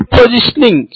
head positioning